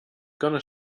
gonna